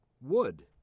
wood